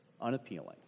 Unappealing